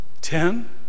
ten